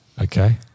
Okay